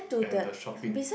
and the shopping